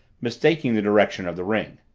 mistaking the direction of the ring.